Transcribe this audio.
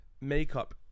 makeup